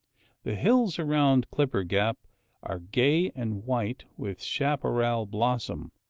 the hills around clipper gap are gay and white with chaparral blossom,